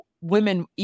women